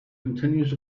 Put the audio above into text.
continues